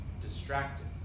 distracted